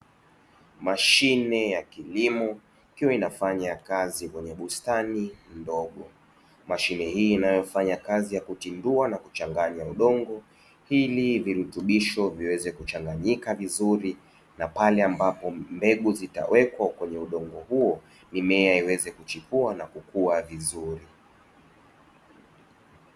Mashine ya kilimo ikiwa inafanya kazi kwenye bustani ndogo mashine hii inayofanya kazi ya kutindua na kuchanganya udongo, ili virutubisho viweze kuchanganyika vizuri na pale ambapo mbegu zitawekwa kwenye udongo huo mimea iweze kuchipua na kukua vizuri.